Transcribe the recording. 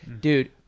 Dude